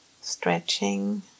stretching